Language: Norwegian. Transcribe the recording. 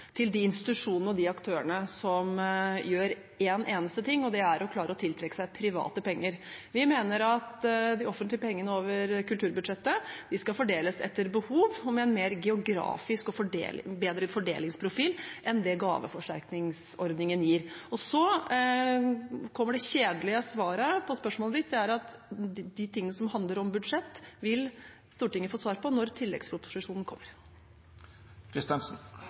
til de institusjonene og de aktørene som gjør én eneste ting, og det er å klare å tiltrekke seg private penger. Vi mener at de offentlige pengene over kulturbudsjettet skal fordeles etter behov og med en mer geografisk og bedre fordelingsprofil enn det gaveforsterkningsordningen gir. Så kommer det kjedelige svaret på spørsmålet, og det er at de tingene som handler om budsjett, vil Stortinget få svar på når tilleggsproposisjonen